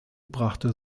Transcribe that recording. brachte